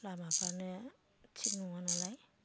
लामाफ्रानो थिग नङा नालाय